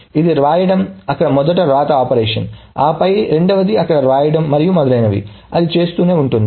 ఇది వ్రాయడం అక్కడ మొదటి వ్రాత ఆపరేషన్ ఆపై రెండవది అక్కడ వ్రాయడం మరియు మొదలైనవి అది చేస్తూనే ఉంటుంది